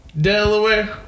Delaware